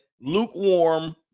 lukewarm